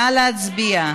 נא להצביע.